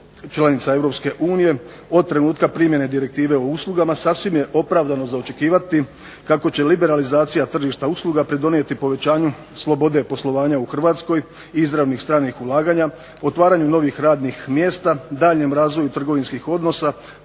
članica EU od trenutka primjene Direktive o uslugama sasvim je opravdano za očekivati kako će liberalizacija tržišta usluga pridonijeti povećanju slobode poslovanja u Hrvatskoj i izravnih stranih ulaganja, otvaranju novih radnih mjesta, daljnjem razvoju trgovinskih odnosa,